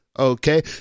Okay